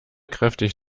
kräftig